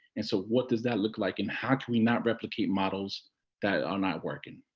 and so what does that look like? and how can we not replicate models that are not working.